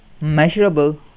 Measurable